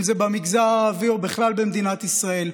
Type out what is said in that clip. אם זה במגזר הערבי או בכלל במדינת ישראל,